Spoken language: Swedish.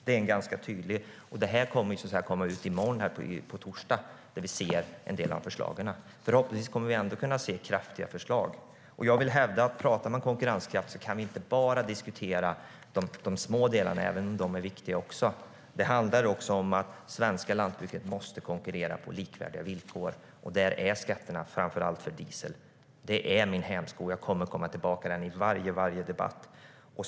Det kommer att presenteras i morgon torsdag. Då ser vi en del av förslagen. Förhoppningsvis kommer vi att få se kraftfulla förslag. Jag vill hävda att om vi talar om konkurrenskraft kan vi inte bara diskutera de små delarna, även om de också är viktiga. Det handlar om att det svenska lantbruket måste konkurrera på likvärdiga villkor, och där är skatterna, framför allt för diesel, en hämsko. Jag kommer att återkomma till det i varje debatt.